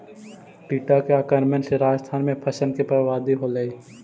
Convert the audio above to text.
टिड्डा के आक्रमण से राजस्थान में फसल के बर्बादी होलइ